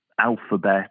Alphabet